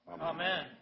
Amen